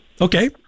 Okay